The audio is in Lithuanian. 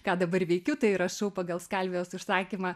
ką dabar veikiu tai rašau pagal skalvijos užsakymą